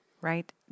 Right